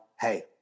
hey